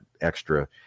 extra